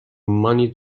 money